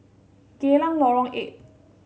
Geylang Lorong Eight